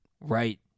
Right